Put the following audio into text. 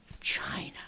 China